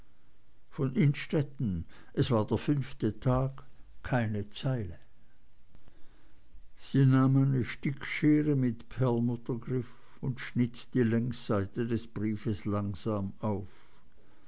von innstetten es war der fünfte tag keine zeile sie nahm eine stickschere mit perlmuttergriff und schnitt die längsseite des briefes langsam auf